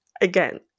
Again